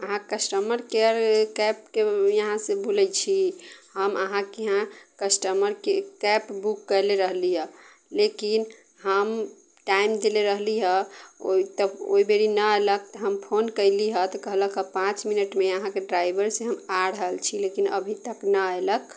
अहाँ customer care कैबके यहाँसँ बोलै छी हम अहाँके यहाँ कस्टमरके कैब बुक कएले रहली हऽ लेकिन हम टाइम देले रहली हऽ ओ तब ओहि बेरी नहि अएलक तऽ हम फोन कएली हऽ तऽ कहलक पाँच मिनटमे अहाँके ड्राइभर से आ रहल छी लेकिन अभी तक नहि अएलक